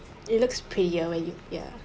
it looks prettier when you ya